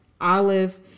Olive